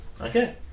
Okay